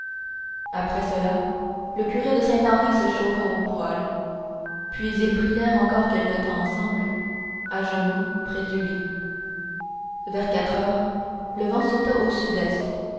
après cela le curé de saint henri se chauffa au poêle puis ils prièrent encore quelque temps ensemble à genoux près du lit vers quatre heures le vent sauta au sud-est